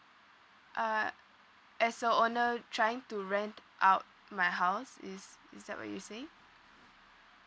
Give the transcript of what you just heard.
uh as the owner trying to rent out my house is is that what you say